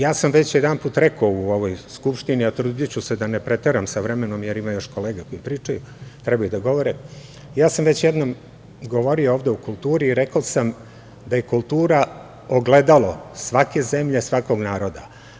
Ja sam već jedanput rekao u ovoj Skupštini, a trudiću se da ne preteram sa vremenom, jer ima još kolega koji trebaju da govore, ja sam već jednom govorio ovde o kulturi i rekao sam da je kultura ogledalo svake zemlje, svakog naroda.